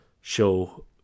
show